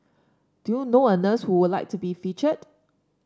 do you know a nurse who would like to be featured